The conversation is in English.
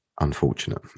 unfortunate